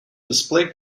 display